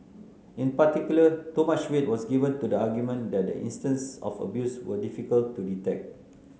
in particular too much weight was given to the argument that the instances of abuse were difficult to detect